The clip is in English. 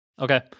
Okay